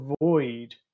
avoid